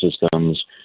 systems